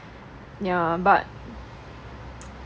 yeah but